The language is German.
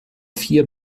vier